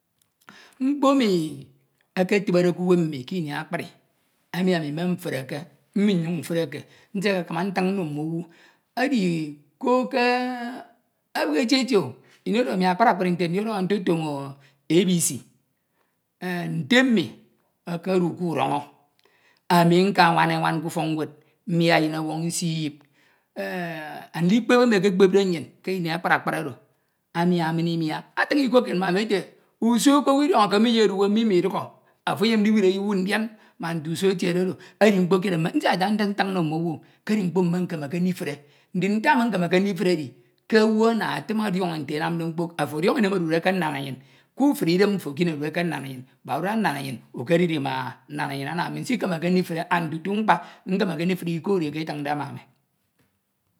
Mkpo ami eketibede k’uwem mmi kini akpri emi ami menefreke mminyuñ mfreke nsikakama nfiñ nno mm’owu edi ko ke e nsikakama nfiñ nno mm’owu edi ko ke e ebihi eti eti o, Ini oro ami akpri akpri ndidọhọ ntotoño ABC enh nte mmi okodu k’udọnọ ami nkawana enwan k’ufọk ñwed mmia eyin ọwọñ nsi Iyip enh audikpep emi ekepepede nnyin kini akpri oro amia min Imia, atoñ Iko kied ma ami ete, uso ko owu Idiọñake me Iyedu uwem me Imidukhọ, afo enyem ndiwudi owu ndina mante uso etiedo, edi mkpo fied emi nsidada nda ntin nno mmowu ke edi mkpo mentemeke ndifre. Ntak mekemeke ndifre edi ke owu ana afim ọdiọñọ nte enanade mkpo, afo ọdiọñọ Ini emi odude ke nnanenyin kufre Idem mfo kini odude ke nnanenyin kufre mak ududa nnanenyin ukedin ke nnanenyin anam nsikemeke ndifre and tutu mkpa nkemeke ndifre Iko oro eketinde ma ami